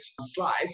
slides